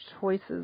choices